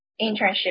internship